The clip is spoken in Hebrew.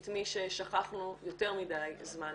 את מי ששכחנו יותר מדי זמן.